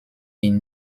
ihn